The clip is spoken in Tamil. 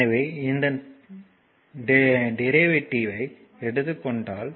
எனவே இதன் டெரிவேட்டிவ் ஐ எடுத்துக் கொண்டால்